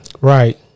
Right